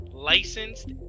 licensed